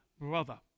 brother